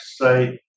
say